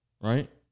right